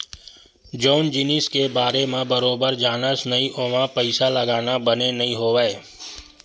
जउन जिनिस के बारे म बरोबर जानस नइ ओमा पइसा लगाना बने नइ होवय